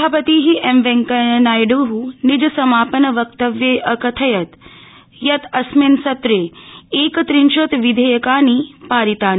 सभापति एम वैंकेयानायड् निज समापन वक्तव्ये अकथयत् यत् अस्मिन् सत्रे एकत्रिंशत् विधेयकानि पारितानि